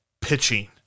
pitching